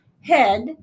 head